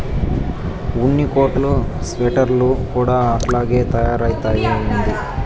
ఉన్ని కోట్లు స్వెటర్లు కూడా అట్టాగే తయారైతయ్యా ఏంది